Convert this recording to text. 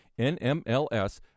NMLS